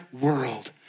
world